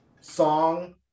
song